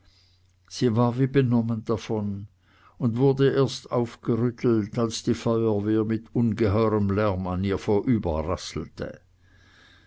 sie war wie benommen davon und wurde erst aufgerüttelt als die feuerwehr mit ungeheurem lärm an ihr